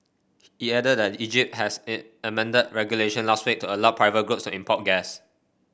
it added that Egypt has amended regulation last week to allow private groups to import gas